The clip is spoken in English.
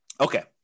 Okay